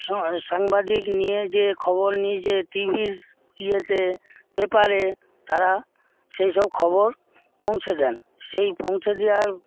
সাংবাদিক নিয়ে যে খবর নিয়ে যে টিভির ইয়েতে পেপারে তারা সেই সব খবর পৌঁছে দেন সেই পৌঁছে দেওয়ার